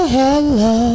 Hello